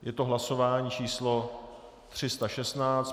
Je to hlasování číslo 316.